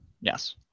Yes